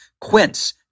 Quince